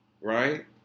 right